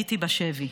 הייתי בשבי.